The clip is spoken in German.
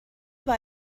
war